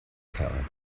kerl